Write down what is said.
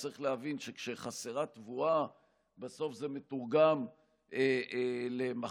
וצריך להבין שכשחסרה תבואה זה מתורגם למחסור